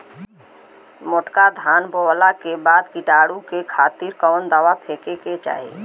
मोटका धान बोवला के बाद कीटाणु के खातिर कवन दावा फेके के चाही?